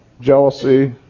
jealousy